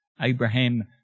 Abraham